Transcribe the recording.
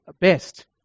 best